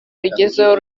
rugezeho